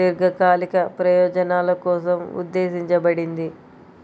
దీర్ఘకాలిక ప్రయోజనాల కోసం ఉద్దేశించబడింది